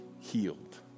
healed